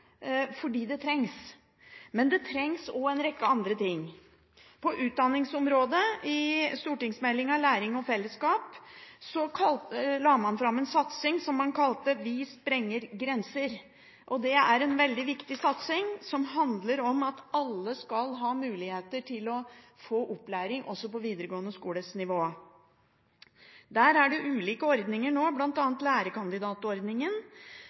fordi det trengs. Men det trengs også en rekke andre ting. I Meld. St. 18 for 2010–2011 Læring og fellesskap la man på utdanningsområdet fram en satsing som man kalte «Vi sprenger grenser». Det er en veldig viktig satsing, som handler om at alle skal ha mulighet til å få opplæring også på videregående skole-nivå. Her er det ulike ordninger,